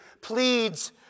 pleads